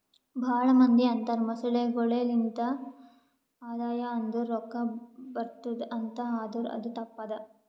ಭಾಳ ಮಂದಿ ಅಂತರ್ ಮೊಸಳೆಗೊಳೆ ಲಿಂತ್ ಆದಾಯ ಅಂದುರ್ ರೊಕ್ಕಾ ಬರ್ಟುದ್ ಅಂತ್ ಆದುರ್ ಅದು ತಪ್ಪ ಅದಾ